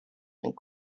and